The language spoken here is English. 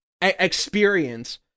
experience